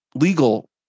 legal